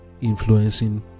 influencing